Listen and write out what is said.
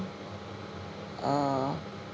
uh